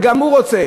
וגם הוא רוצה: